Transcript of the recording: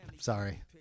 Sorry